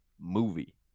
movie